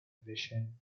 vision